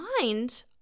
mind